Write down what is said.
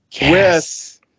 Yes